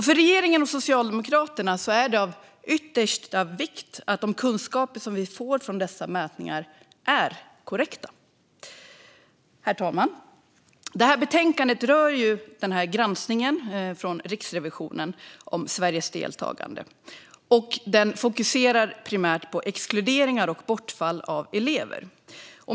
För regeringen och Socialdemokraterna är det av yttersta vikt att de kunskaper vi får från dessa mätningar är korrekta. Herr talman! Detta betänkande rör Riksrevisionens granskning av Sveriges deltagande. Den fokuserar primärt på exkluderingar och bortfall av elever.